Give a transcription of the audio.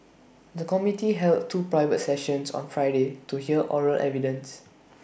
the committee held two private sessions on Friday to hear oral evidence